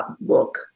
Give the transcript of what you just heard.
book